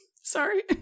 Sorry